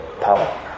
power